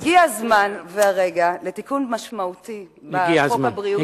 הגיע הזמן והרגע לתיקון משמעותי בחוק ביטוח הבריאות הממלכתי.